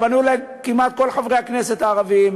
פנו אלי כמעט כל חברי הכנסת הערבים,